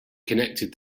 connected